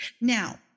Now